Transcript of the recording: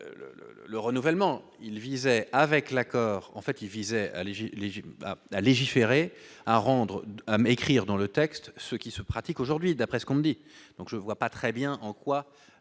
le renouvellement, il visait, avec l'accord, en fait, qui visait à alléger léger à légiférer à rendre à m'écrire dans le texte, ce qui se pratique aujourd'hui, d'après ce qu'on dit, donc je vois pas très bien en quoi